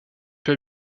peu